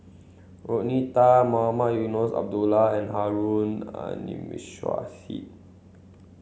Rodney Tan Mohamed Eunos Abdullah and Harun Aminurrashid